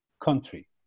country